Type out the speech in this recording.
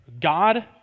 God